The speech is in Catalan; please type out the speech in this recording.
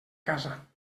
casa